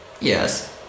Yes